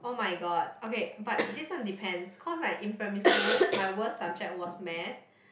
oh-my-god okay but this one depends cause like in primary school my worst subject was math